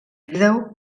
vídeo